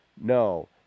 No